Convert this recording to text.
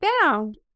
found